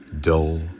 dull